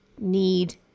need